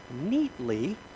neatly